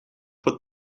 put